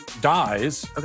dies